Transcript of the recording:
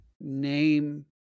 name